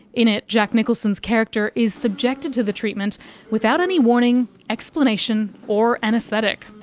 in it, jack nicholson's character is subjected to the treatment without any warning, explanation or anaesthetic.